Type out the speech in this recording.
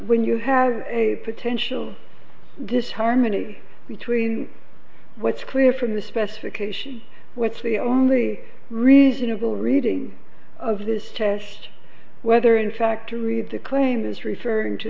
when you have a potential disharmony between what's clear from the specification what's the only reasonable reading of this test whether in fact or read the claim is referring to